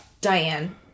Diane